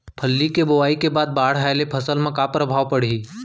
फल्ली के बोआई के बाद बाढ़ आये ले फसल मा का प्रभाव पड़ही?